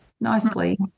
nicely